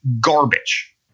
garbage